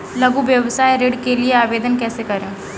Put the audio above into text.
लघु व्यवसाय ऋण के लिए आवेदन कैसे करें?